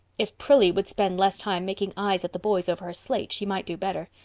if prillie would spend less time making eyes at the boys over her slate she might do better.